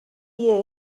year